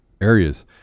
areas